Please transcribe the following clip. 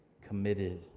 committed